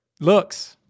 looks